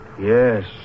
yes